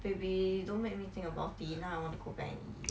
baby don't make me think about it now I want to go back and eat